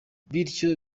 bityo